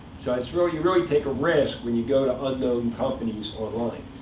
so it's really you really take a risk when you go to unknown companies online.